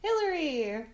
Hillary